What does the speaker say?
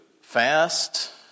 fast